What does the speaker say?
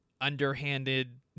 underhanded